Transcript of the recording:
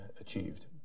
achieved